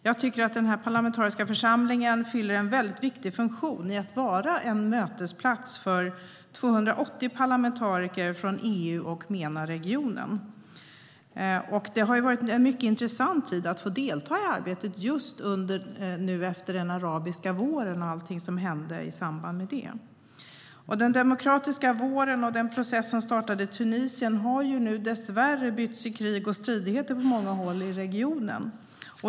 Jag tycker att den här parlamentariska församlingen fyller en viktig funktion i att vara en mötesplats för 280 parlamentariker från EU och MENA-regionen. Det har varit mycket intressant att få delta i arbetet just efter den arabiska våren och allt som hände i samband med det. Den demokratiska våren och den process som startade i Tunisien har nu dessvärre bytts i krig och stridigheter på många håll i regionen.